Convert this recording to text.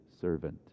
servant